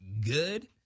good